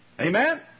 Amen